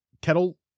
kettle